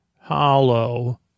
hollow